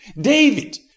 David